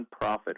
nonprofit